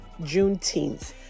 juneteenth